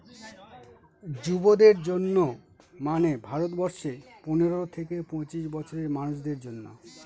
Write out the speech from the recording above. যুবদের জন্য মানে ভারত বর্ষে পনেরো থেকে পঁচিশ বছরের মানুষদের জন্য